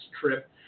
trip